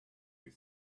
you